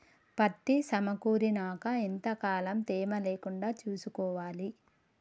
పత్తి సమకూరినాక ఎంత కాలం తేమ లేకుండా చూసుకోవాలి?